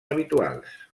habituals